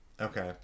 Okay